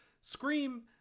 Scream